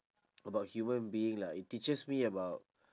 about human being lah it teaches me about